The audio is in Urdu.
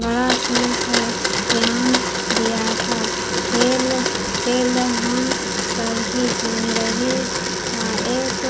بڑا کھیل پر بیان دیا تھا کھیل کھیل ہم سب کی زندگی کا ایک